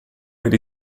per